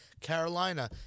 Carolina